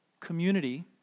Community